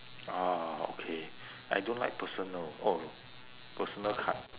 ah okay I don't like personal !wah! personal card